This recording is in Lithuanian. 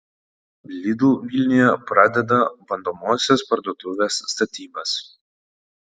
lidl vilniuje pradeda bandomosios parduotuvės statybas